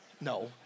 No